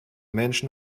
menschen